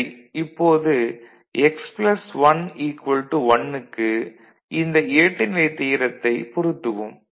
சரி இப்போது x 1 1 க்கு இந்த இரட்டைநிலைத் தியரத்தை பொருத்துவோம்